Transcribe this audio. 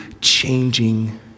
changing